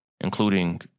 including